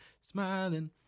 smiling